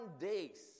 days